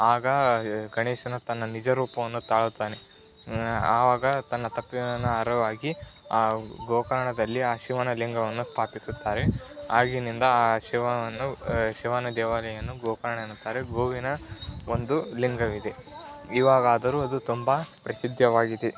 ಆಗ ಗಣೇಶನು ತನ್ನ ನಿಜರೂಪವನ್ನು ತಾಳುತ್ತಾನೆ ಆವಾಗ ತನ್ನ ತಪ್ಪಿನ ಅರಿವಾಗಿ ಆ ಗೋಕರ್ಣದಲ್ಲಿ ಆ ಶಿವನ ಲಿಂಗವನ್ನು ಸ್ಥಾಪಿಸುತ್ತಾರೆ ಆಗಿನಿಂದ ಆ ಶಿವನನ್ನು ಶಿವನ ದೇವಾಲಯವನ್ನು ಗೋಕರ್ಣ ಎನ್ನುತ್ತಾರೆ ಗೋವಿನ ಒಂದು ಲಿಂಗವಿದೆ ಇವಾಗಾದರೂ ಅದು ತುಂಬ ಪ್ರಸಿದ್ಧವಾಗಿದೆ